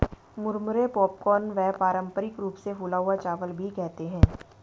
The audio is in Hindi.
मुरमुरे पॉपकॉर्न व पारम्परिक रूप से फूला हुआ चावल भी कहते है